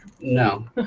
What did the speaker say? no